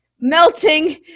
melting